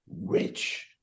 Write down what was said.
rich